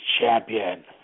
champion